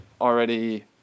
already